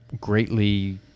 greatly